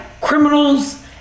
criminals